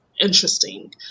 interesting